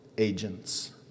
Agents